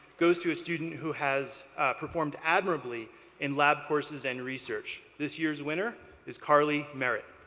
goes to a student who has performed admirably in lab courses and research. this year's winner is carly merritt.